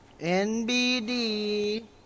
NBD